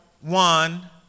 one